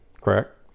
correct